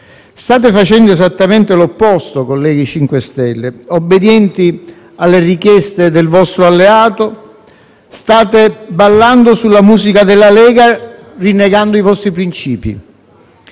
state facendo esattamente l'opposto, colleghi 5 Stelle. Obbedienti alle richieste del vostro alleato, state ballando sulla musica della Lega, rinnegando i vostri principi.